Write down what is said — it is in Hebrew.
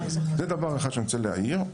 זה דבר אחד שאני רוצה להעיר.